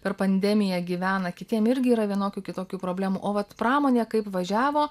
per pandemiją gyvena kitiem irgi yra vienokių kitokių problemų o vat pramonė kaip važiavo